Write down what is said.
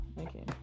Okay